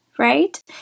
right